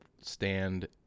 stand